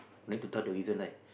no need to tell the reason right